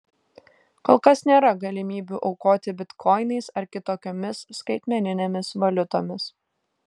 kol kas nėra galimybių aukoti bitkoinais ar kitokiomis skaitmeninėmis valiutomis